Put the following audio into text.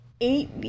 Eight